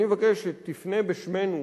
אני מבקש שתפנה בשמנו,